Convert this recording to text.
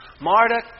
Marduk